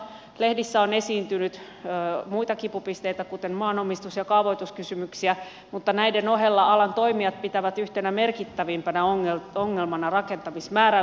lehdissä on esiintynyt muita kipupisteitä kuten maanomistus ja kaavoituskysymyksiä mutta näiden ohella alan toimijat pitävät yhtenä merkittävimmistä ongelmista rakentamismääräyksiä